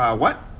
ah what?